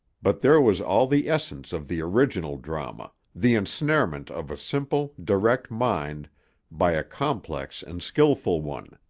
but there was all the essence of the original drama, the ensnarement of a simple, direct mind by a complex and skillful one.